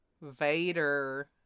Vader